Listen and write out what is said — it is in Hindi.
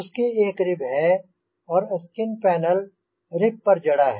उसके एक रिब है और स्किन पैनल रिब पर जड़ा है